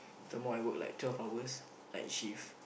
the more I work like twelve hours night shift